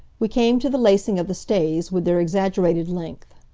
we came to the lacing of the stays, with their exaggerated length.